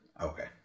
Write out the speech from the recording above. Okay